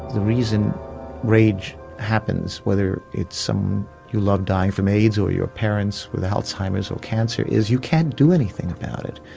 reason rage happens, whether it's someone you love dying from aids or your parents with alzheimer's or cancer, is you can't do anything about it.